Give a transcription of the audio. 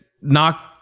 knock